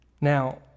Now